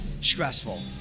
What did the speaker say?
stressful